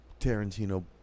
Tarantino